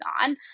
on